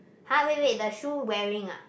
!huh! wait wait the shoe wearing ah